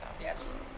Yes